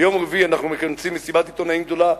ביום רביעי אנחנו מכנסים מסיבת עיתונאים גדולה,